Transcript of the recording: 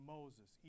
Moses